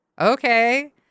okay